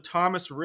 Thomas